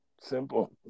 Simple